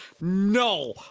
no